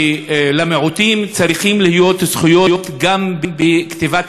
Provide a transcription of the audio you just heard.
שלמיעוטים צריכות להיות זכויות גם בכתיבת